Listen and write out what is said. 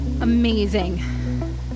Amazing